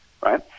right